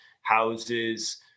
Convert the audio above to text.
houses